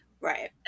Right